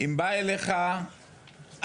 אם בא אליך אח